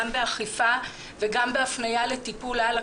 גם באכיפה וגם בהפניה לטיפול הלאה,